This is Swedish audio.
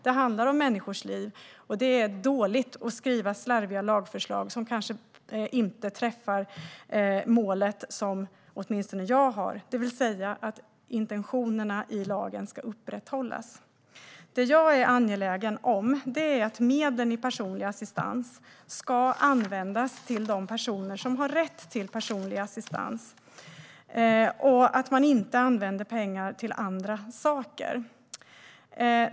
Det handlar om människors liv, och det är dåligt att skriva slarviga lagförslag som kanske inte träffar målet som åtminstone jag har, det vill säga att intentionerna i lagen ska upprätthållas. Det jag är angelägen om är att medlen för personlig assistans ska användas till de personer som har rätt till personlig assistans och att man inte använder pengar till andra saker.